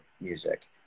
music